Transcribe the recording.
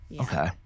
Okay